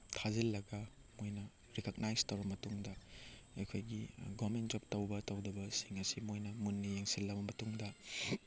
ꯊꯥꯖꯤꯜꯂꯒ ꯃꯣꯏꯅ ꯔꯤꯀꯛꯅꯥꯏꯖ ꯇꯧꯔ ꯃꯇꯨꯡꯗ ꯑꯩꯈꯣꯏꯒꯤ ꯒꯣꯕꯔꯃꯦꯟ ꯖꯣꯕ ꯇꯧꯕ ꯇꯧꯗꯕꯁꯤꯡ ꯑꯁꯤ ꯃꯣꯏꯅ ꯃꯨꯟꯅ ꯌꯦꯡꯁꯤꯜꯂꯕ ꯃꯇꯨꯡꯗ